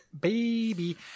baby